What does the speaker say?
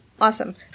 Awesome